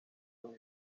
los